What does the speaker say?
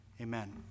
Amen